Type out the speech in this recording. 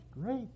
great